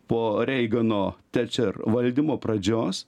po reigano tečer valdymo pradžios